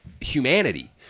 humanity